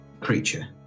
creature